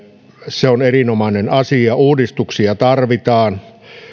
se on erinomainen asia uudistuksia tarvitaan